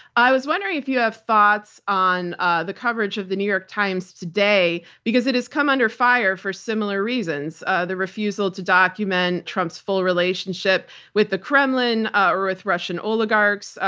i was wondering if you have thoughts on ah the coverage of the new york times today because it has come under fire for similar reasons ah the refusal to document trump's full relationship with the kremlin or with russian oligarchs,